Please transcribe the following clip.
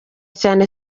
cyane